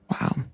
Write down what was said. Wow